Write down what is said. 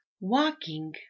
Walking